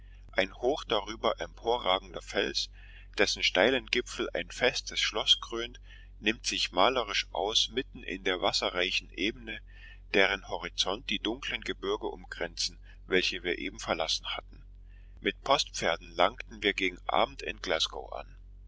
ein hoch darüber emporragender fels dessen steilen gipfel ein festes schloß krönt nimmt sich malerisch aus mitten in der wasserreichen ebene deren horizont die dunklen gebirge umgrenzen welche wir eben verlassen hatten mit postpferden langten wir gegen abend in glasgow an